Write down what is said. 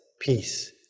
peace